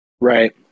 Right